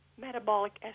metabolic